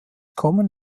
kommen